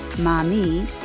mommy